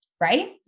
right